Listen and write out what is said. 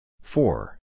Four